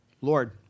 Lord